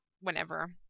whenever